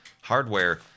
hardware